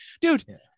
dude